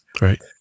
Right